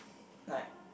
like